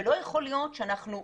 לא יכול להיות שאנחנו,